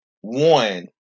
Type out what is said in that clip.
One